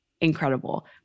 Incredible